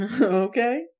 Okay